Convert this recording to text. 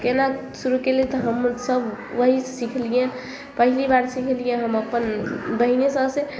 केना शुरू केलियै तऽ हमसभ वही सँ सिखलियै पहिले बेर सिखलियै अपन बहिने सभसे